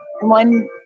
One